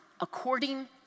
according